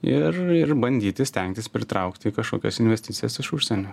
ir ir bandyti stengtis pritraukti kažkokias investicijas iš užsienio